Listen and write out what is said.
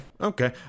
okay